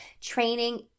training